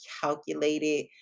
calculated